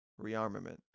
rearmament